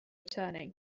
returning